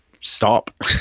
stop